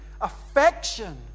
affection